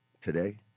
today